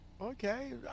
Okay